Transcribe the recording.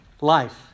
life